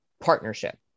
partnership